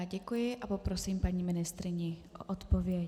Děkuji a poprosím paní ministryni o odpověď.